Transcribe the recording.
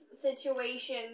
situation